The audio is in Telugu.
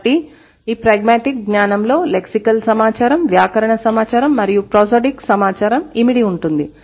కాబట్టి ఈ ప్రాగ్మాటిక్ జ్ఞానంలో లెక్సికల్ సమాచారం వ్యాకరణ సమాచారం మరియు ప్రోసోడిక్ సమాచారం ఇమిడి ఉంటుంది